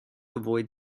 avoid